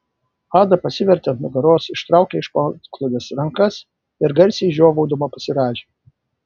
ada pasivertė ant nugaros ištraukė iš po antklodės rankas ir garsiai žiovaudama pasirąžė